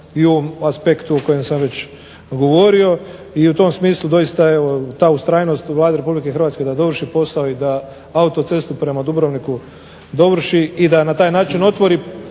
i u ovom aspektu o kojem sam već govorio. I u tom smislu doista evo ta ustrajnost Vlade RH da dovrši posao i da autocestu prema Dubrovniku dovrši i da na taj način otvori